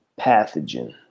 pathogen